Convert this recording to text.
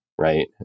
right